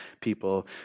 people